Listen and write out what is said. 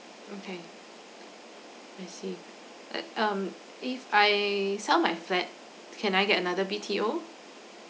okay I see I um if I sell my flat can I get another B_T_O